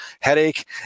headache